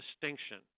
distinction